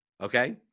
Okay